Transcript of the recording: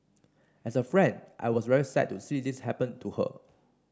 as a friend I was very sad to see this happen to her